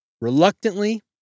reluctantly